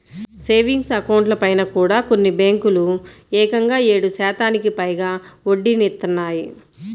savings అకౌంట్లపైన కూడా కొన్ని బ్యేంకులు ఏకంగా ఏడు శాతానికి పైగా వడ్డీనిత్తన్నాయి